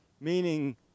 meaning